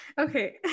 Okay